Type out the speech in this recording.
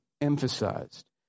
emphasized